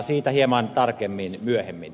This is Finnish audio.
siitä hieman tarkemmin myöhemmin